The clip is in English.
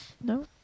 No